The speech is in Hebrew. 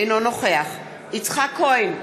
אינו נוכח יצחק כהן,